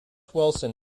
wilson